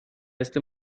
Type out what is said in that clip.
este